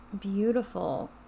beautiful